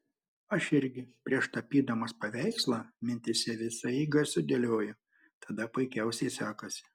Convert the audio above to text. aš irgi prieš tapydamas paveikslą mintyse visą eigą sudėlioju tada puikiausiai sekasi